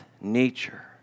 nature